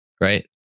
right